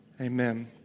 Amen